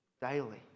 Daily